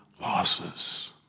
losses